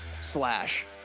slash